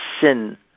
sin